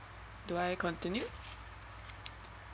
do I continue